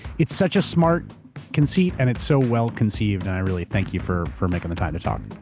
it's such a smart conceit and it's so well conceived and i really thank you for for making the time to talk.